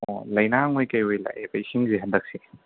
ꯑꯣ ꯂꯩꯅꯥꯡ ꯑꯣꯏ ꯀꯩꯀꯣꯏ ꯂꯥꯛꯑꯦꯕ ꯏꯁꯤꯡꯁꯦ ꯍꯟꯗꯛꯁꯦ